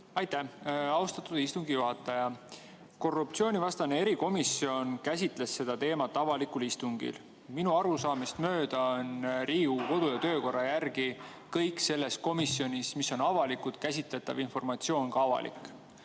Aitäh, austatud istungi juhataja! Korruptsioonivastane erikomisjon käsitles seda teemat avalikul istungil. Minu arusaamist mööda on Riigikogu kodu- ja töökorra järgi kõik selles komisjonis [avalikul istungil] avalikult käsitletav informatsioon ka avalik.